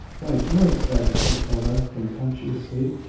why, george! said matilda, contemptuously.